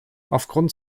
aufgrund